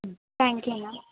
thank you ma'am